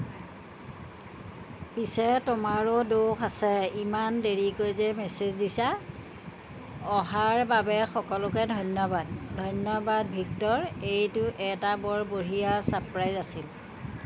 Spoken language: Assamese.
পিছে তোমাৰো দোষ আছে ইমান দেৰিকৈ যে মেছেজ দিছা অহাৰ বাবে সকলোকে ধন্যবাদ ধন্যবাদ ভিক্টৰ এইটো এটা বৰ বঢ়িয়া ছাৰপ্ৰাইজ আছিল